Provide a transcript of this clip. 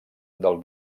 del